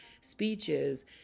speeches